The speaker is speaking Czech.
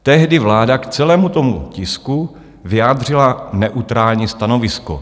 Tehdy vláda k celému tomu tisku vyjádřila neutrální stanovisko.